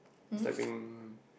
it's being